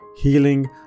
healing